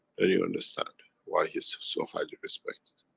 then you understand why he is so highly respected.